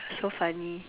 so funny